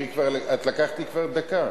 את לקחת לי כבר דקה.